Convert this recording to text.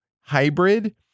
hybrid